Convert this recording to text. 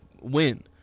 win